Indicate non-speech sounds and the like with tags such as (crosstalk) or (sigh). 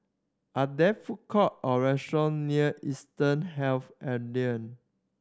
are there food courts or restaurants near Eastern Health (unintelligible)